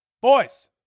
Boys